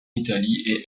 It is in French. italie